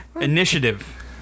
Initiative